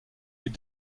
est